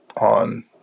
on